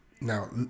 now